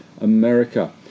America